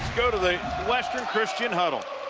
go to the western christian huddle.